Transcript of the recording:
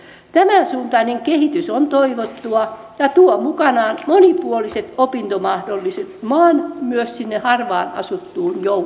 tämän suuntainen kehitys on toivottua ja tuo mukanaan monipuoliset opintomahdollisuudet myös sinne maan harvaan asuttuun joukkoon